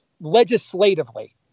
legislatively